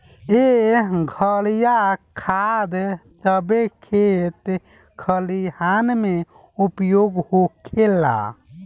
एह घरिया खाद सभे खेत खलिहान मे उपयोग होखेला